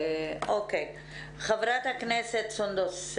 חברת הכנסת סונדוס,